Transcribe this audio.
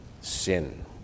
sin